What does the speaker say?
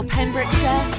Pembrokeshire